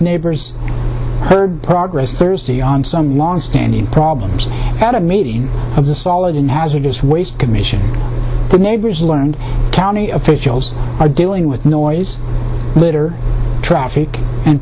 neighbors heard progress thursday on some longstanding problems at a meeting of the solid in hazardous waste commission the neighbors learned county officials are dealing with noise litter traffic and